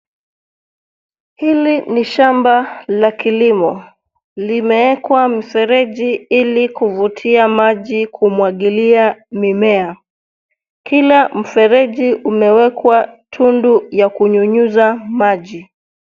Hili ni shamba la kilomo ,limeekwa mifereji ili kuvutia maji kumwagilia mimea. Kila mfereji umewekwa tundu wa kunyunyuza maji.